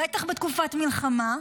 בטח בתקופת מלחמה,